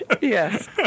Yes